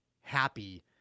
happy